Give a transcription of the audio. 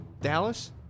Dallas